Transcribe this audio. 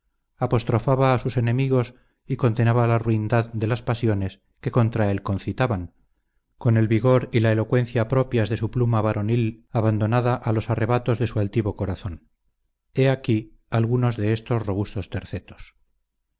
juventud apostrofaba a sus enemigos y condenaba la ruindad de las pasiones que contra él concitaban con el vigor y la elocuencia propias de su pluma varonil abandonada a los arrebatos de su altivo corazón he aquí algunos de estos robustos tercetos